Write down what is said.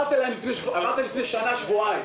לפני שנה אמרת שיענו תוך שבועיים.